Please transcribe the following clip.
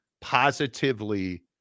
positively